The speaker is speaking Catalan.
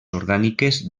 orgàniques